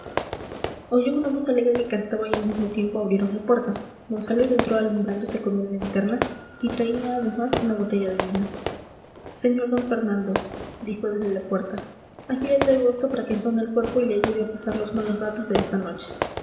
oyó una voz alegre que cantaba y al mismo tiempo abrieron la puerta monsalud entró alumbrándose con una linterna y traía además una botella de vino sr d fernando dijo desde la puerta aquí le traigo esto para que entone el cuerpo y le ayude a pasar los malos ratos de esta noche